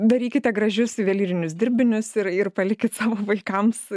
darykite gražius juvelyrinius dirbinius ir ir palikit savo vaikams